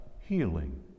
healing